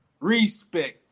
Respect